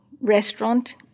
restaurant